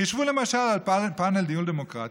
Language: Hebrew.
חשבו למשל על פאנל דיון דמוקרטי,